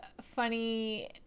funny